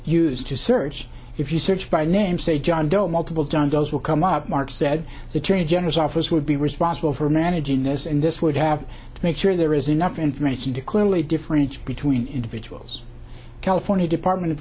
use to search if you search by name say john doe multiple john those will come up mark said the attorney general's office would be responsible for managing this and this would have make sure there is enough information to clearly difference between individuals california department of